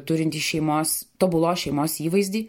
turintis šeimos tobulos šeimos įvaizdį